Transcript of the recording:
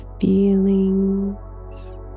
feelings